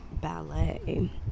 ballet